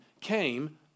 came